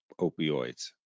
opioids